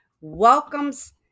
welcomes